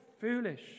foolish